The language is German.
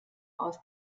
aus